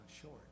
short